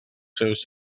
seus